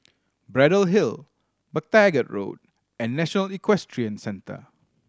Braddell Hill MacTaggart Road and National Equestrian Centre